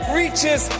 reaches